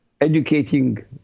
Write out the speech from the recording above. educating